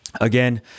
Again